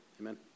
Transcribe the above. Amen